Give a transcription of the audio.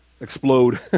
explode